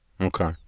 Okay